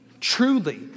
truly